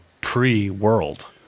pre-world